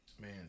man